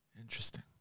Interesting